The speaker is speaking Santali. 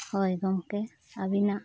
ᱦᱳᱭ ᱜᱚᱢᱠᱮ ᱟᱹᱵᱤᱱᱟᱜ